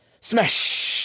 Smash